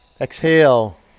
Exhale